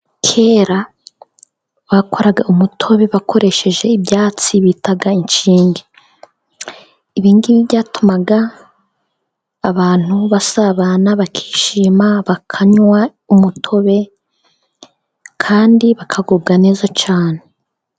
Kera bakoraga umutobe bakoresheje ibyatsi bitaga inshinge, ibi ngibi byatumaga abantu basabana bakishima bakanywa umutobe, kandi bakagubwa neza cyane.